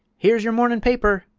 here's yer mornin' paper!